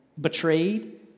betrayed